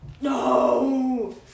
No